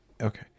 Okay